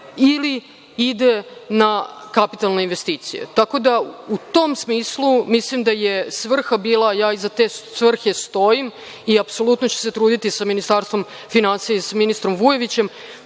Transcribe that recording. ili ide na kapitalne investicije. Tako da, u tom smislu, mislim da je svrha bila, ja iza te svrhe stojim i apsolutno ću se truditi sa Ministarstvom finansija i sa ministrom Vujovićem